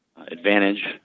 advantage